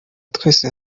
twese